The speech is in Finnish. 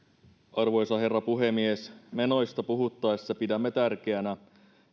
arvoisa herra puhemies menoista puhuttaessa pidämme tärkeänä